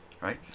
right